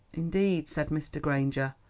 indeed, said mr. granger,